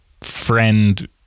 friend